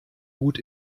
gut